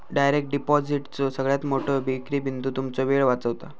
direct डिपॉजिटचो सगळ्यात मोठो विक्री बिंदू तुमचो वेळ वाचवता